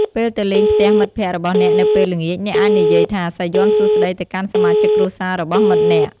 ពេលទៅលេងផ្ទះមិត្តភក្តិរបស់អ្នកនៅពេលល្ងាច អ្នកអាចនិយាយថា "សាយ័ន្តសួស្តី" ទៅកាន់សមាជិកគ្រួសាររបស់មិត្តអ្នក។